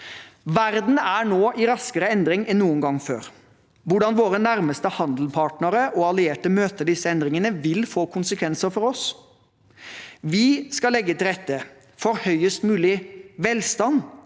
Verden er nå i raskere endring enn noen gang før. Hvordan våre nærmeste handelspartnere og allierte møter disse endringene, vil få konsekvenser for oss. Vi skal legge til rette for høyest mulig velstand